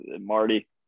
marty